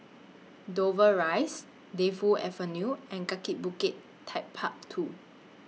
Dover Rise Defu Avenue and Kaki Bukit Techpark two